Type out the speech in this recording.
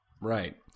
Right